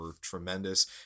tremendous